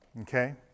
okay